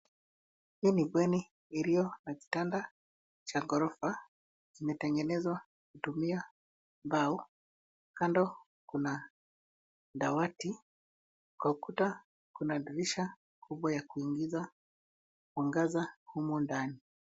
Hii ni bweni iliyo na kitanda cha ghorofa. Kimetengenezwa kutumia mbao. Kando kuna dawati. Kwa ukuta kuna dirisha kubwa ya kuingiza mwangaza humu ndani.